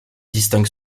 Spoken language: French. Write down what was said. distingue